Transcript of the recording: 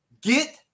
Get